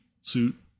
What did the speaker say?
suit